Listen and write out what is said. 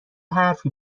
حرفی